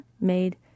made